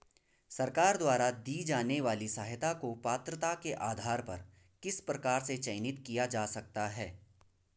सरकार द्वारा दी जाने वाली सहायता को पात्रता के आधार पर किस प्रकार से चयनित किया जा सकता है?